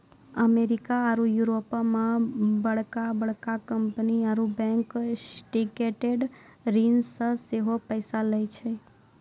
America आरु यूरोपो मे बड़का बड़का कंपनी आरु बैंक सिंडिकेटेड ऋण से सेहो पैसा लै छै